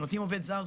כשנותנים עובד זר,